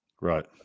Right